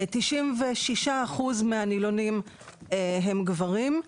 96% מהנילונים הם גברים.